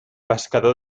pescador